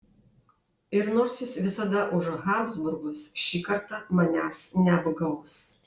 ir nors jis visada už habsburgus ši kartą manęs neapgaus